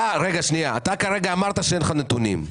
אתה כרגע אמרת שאין לך נתונים.